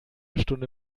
stunde